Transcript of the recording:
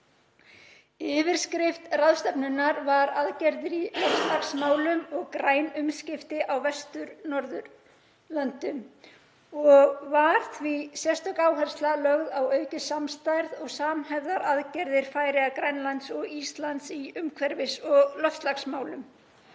Yfirskrift ráðstefnunnar var „Aðgerðir í loftslagsmálum og græn umskipti á Vestur-Norðurlöndum“ og var því sérstök áhersla lögð á aukið samstarf og samhæfðar aðgerðir Færeyja, Grænlands og Íslands í umhverfis- og loftslagsmálum.